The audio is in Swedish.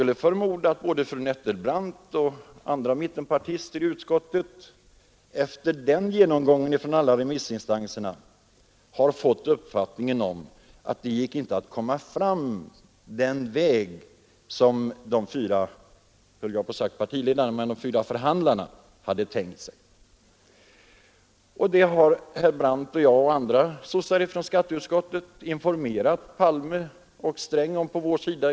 Jag förmodar att både fru Nettelbrandt och andra ledamöter från mittenpartierna efter den genomgången av remissinstansernas uppfattningar blev på det klara med att det inte gick att komma fram på den väg som de fyra förhandlarna hade tänkt sig. Det har herr Brandt och jag och andra socialdemokrater i skatteutskottet informerat herrar Palme och Sträng om.